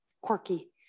quirky